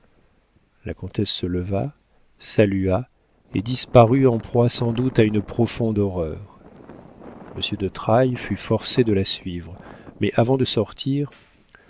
la comtesse se leva salua et disparut en proie sans doute à une profonde horreur monsieur de trailles fut forcé de la suivre mais avant de sortir